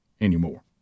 anymore